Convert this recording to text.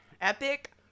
epic